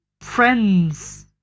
friends